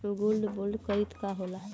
Gold bond करतिं का होला?